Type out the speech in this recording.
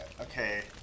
okay